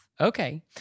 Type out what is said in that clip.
Okay